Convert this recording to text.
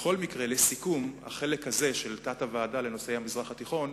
לסיכום החלק הזה של התת-ועדה לנושאי המזרח התיכון,